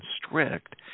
constrict